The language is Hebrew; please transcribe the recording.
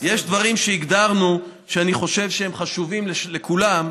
יש דברים שהגדרנו שאני חושב שהם חשובים לכולם,